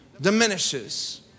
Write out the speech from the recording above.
diminishes